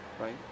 right